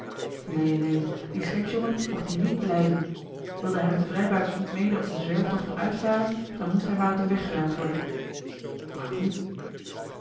neen neen die scheepsjongen mocht hier niet blijven wilde hij met de vrijbuiters niet mede op de zwerftochten uitvaren dan moest hij maar uit den weg geruimd worden joh h